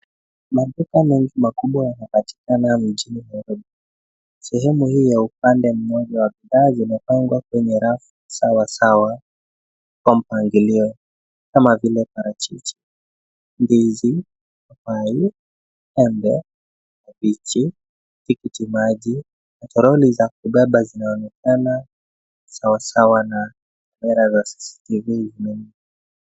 Maduka mengi makubwa yanapatikana mjini Nairobi. Sehemu hii ya upande mmoja wa bidhaa zimepangwa kwenye rafu sawasawa kwa mpangilio kama vile parachichi, ndizi, papai, embe, kabichi, tikitimaji na toroli za kubeba zinaonekana sawasawa na kamera za CCTV.